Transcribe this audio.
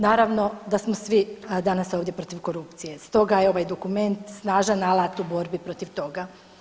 Naravno da smo svi danas ovdje protiv korupcije stoga je ovaj dokument snažan alat u borbi protiv toga.